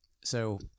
So-